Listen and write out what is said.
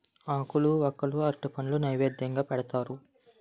ఆకులు వక్కలు అరటిపండు నైవేద్యంగా పెడతారు